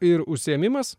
ir užsiėmimas